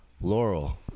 Laurel